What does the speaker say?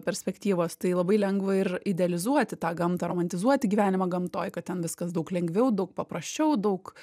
perspektyvos tai labai lengva ir idealizuoti tą gamtą romantizuoti gyvenimą gamtoj kad ten viskas daug lengviau daug paprasčiau daug